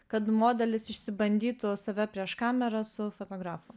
kad modelis išsibandytų save prieš kamerą su fotografu